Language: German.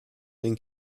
den